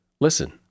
Listen